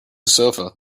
sofa